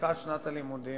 לקראת שנת הלימודים,